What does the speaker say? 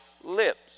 lips